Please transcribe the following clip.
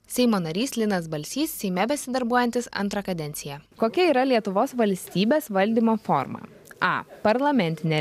seimo narys linas balsys seime besidarbuojantis antrą kadenciją kokia yra lietuvos valstybės valdymo forma a parlamentinė